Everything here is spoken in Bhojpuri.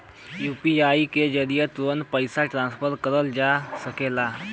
यू.पी.आई के जरिये तुरंत पइसा ट्रांसफर करल जा सकला